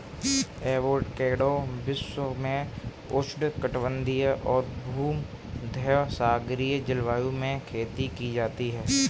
avocado विश्व में उष्णकटिबंधीय और भूमध्यसागरीय जलवायु में खेती की जाती है